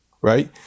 right